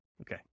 Okay